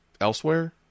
elsewhere